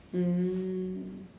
mm